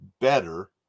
better